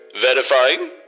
verifying